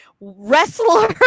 wrestler